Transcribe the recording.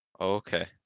Okay